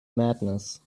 madness